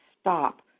stop